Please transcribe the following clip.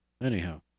Anyhow